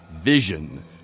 vision